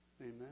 Amen